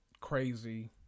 crazy